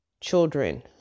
children